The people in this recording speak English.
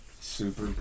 super